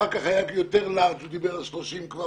אחר כך הוא היה יותר נדיב ודיבר על 30 אחוזים.